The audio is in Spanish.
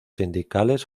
sindicales